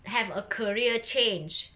have a career change